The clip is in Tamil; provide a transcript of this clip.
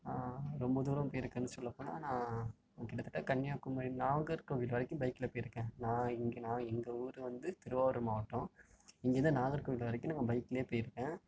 ரொம்ப தூரம் போயிருக்கேன்னு சொல்லப் போனால் நான் கிட்டத்தட்ட கன்னியாகுமரி நாகர்கோவில் வரைக்கும் பைக்கில் போயிருக்கேன் நான் இங்கே நான் எங்கள் ஊர் வந்து திருவாரூர் மாவட்டம் இங்கருந்து நாகர்கோவில் வரைக்கும் நாங்கள் பைக்ல போயிருக்கேன்